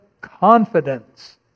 confidence